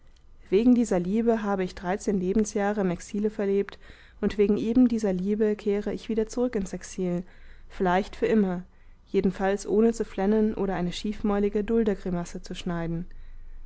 wegen dieser liebe habe ich dreizehn lebensjahre im exile verlebt und wegen ebendieser liebe kehre ich wieder zurück ins exil vielleicht für immer jedenfalls ohne zu flennen oder eine schiefmäulige duldergrimasse zu schneiden